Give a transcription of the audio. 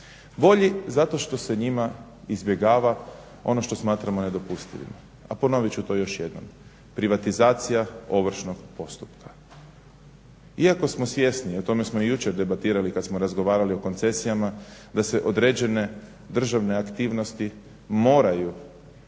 Bolji zato što se u njima izbjegava ono što smatramo nedopustivim. A ponovit ću to još jednom, privatizacija ovršnog postupka. Iako smo svjesni, o tome smo i jučer debatirali kad smo razgovarali o koncesijama, da se određene državne aktivnosti moraju povjeriti